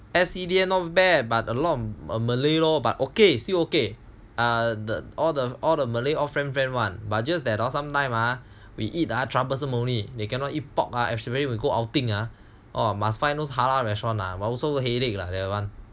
S_C_D_F not bad but a lot of malay lor but okay still okay err all the malay all friend friend [one] but just that hor some times hor we eat troublesome only they cannot eat pork ah especially we go outing ah or must find those halal restaurant ah also headache lah that [one]